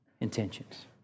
Intentions